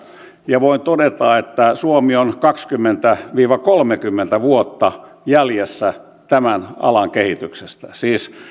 ja voin todeta että suomi on kaksikymmentä viiva kolmekymmentä vuotta jäljessä tämän alan kehityksestä siis